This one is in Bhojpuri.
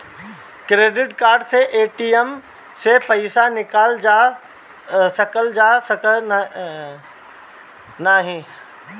क्रेडिट कार्ड से ए.टी.एम से पइसा निकाल सकल जाला की नाहीं?